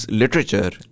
literature